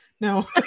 no